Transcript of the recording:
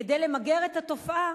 וכדי למגר את התופעה